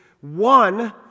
one